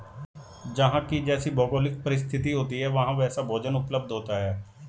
जहां की जैसी भौगोलिक परिस्थिति होती है वहां वैसा भोजन उपलब्ध होता है